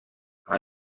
aha